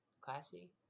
Classy